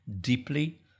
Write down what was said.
deeply